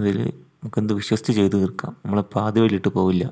അതിൽ നമുക്ക് എന്തും വിശ്വസിച്ച് ചെയ്ത് തീർക്കാം നമ്മളെ പാതിവഴിലിട്ട് പോകില്ല